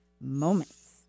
moments